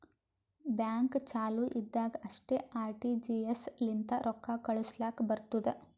bank ಚಾಲು ಇದ್ದಾಗ್ ಅಷ್ಟೇ ಆರ್.ಟಿ.ಜಿ.ಎಸ್ ಲಿಂತ ರೊಕ್ಕಾ ಕಳುಸ್ಲಾಕ್ ಬರ್ತುದ್